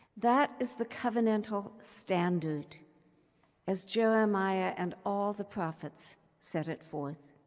that is the covenantal standard as jeremiah and all the prophets set it forth.